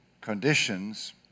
conditions